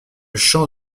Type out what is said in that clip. champ